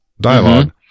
dialogue